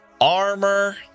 Armor